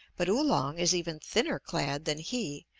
but oolong is even thinner clad than he,